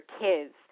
kids